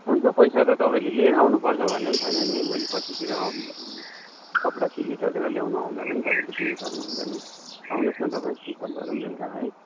हुन्छ पैसा त तपाईँले लिएरै आउनु पर्छ भन्ने पनि छैन नि भोलि पर्सितिर आउँदा कपडा सिल्लिसकेर ल्याउनु आउँदा पनि तपाईँले दिनुसक्नु हुन्छ नि आउनुहोस् न तपाईँ हिसाब गरौँ बेलुका है